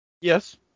Yes